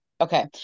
Okay